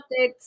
updates